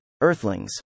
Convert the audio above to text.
Earthlings